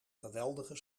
geweldige